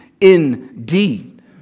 indeed